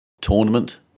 tournament